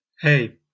Hey